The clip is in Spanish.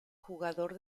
jugador